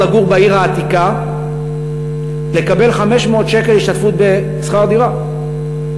לגור בעיר העתיקה לקבל 500 שקל השתתפות בשכר דירה,